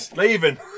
leaving